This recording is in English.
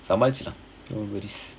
சமாளிச்சர்லாம்:samaalicharlaam